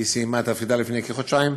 היא סיימה את תפקידה לפני כחודשיים,